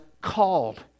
called